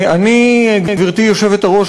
גברתי היושבת-ראש,